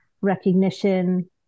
recognition